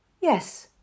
yes